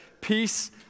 Peace